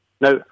Now